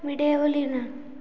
मिडियावलीना